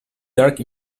dark